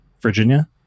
Virginia